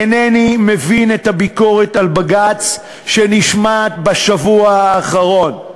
אינני מבין את הביקורת על בג"ץ שנשמעת בשבוע האחרון.